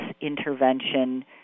intervention